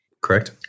Correct